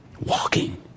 Walking